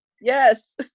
Yes